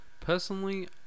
Personally